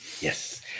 Yes